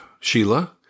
Sheila